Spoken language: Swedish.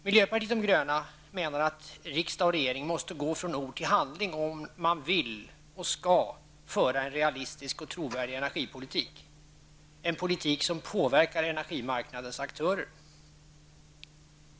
Miljöpartiet de gröna menar att riksdag och regering måste gå från ord till handling om man vill och skall föra en realistisk och trovärdig energipolitik, en politik som påverkar energimarknadens aktörer.